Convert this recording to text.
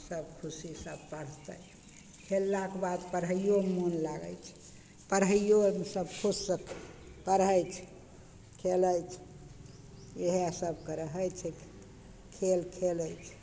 सब खुशीसँ पढ़तय खेललाक बाद पढ़ैयोमे मोन लागय छै पढ़ैयोमे सब खुश पढ़य छै खेलय छै इएह सबके रहय छै खेल खेलय छै